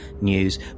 news